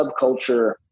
subculture